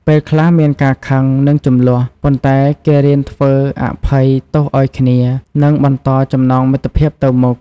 ពេលខ្លះមានការខឹង និងជម្លោះ ប៉ុន្តែគេរៀនធ្វើអភ័យទោសឱ្យគ្នា និងបន្តចំណងមិត្តភាពទៅមុខ។